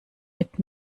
mit